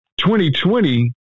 2020